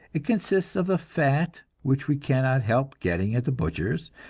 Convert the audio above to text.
it consists of the fat which we cannot help getting at the butcher's,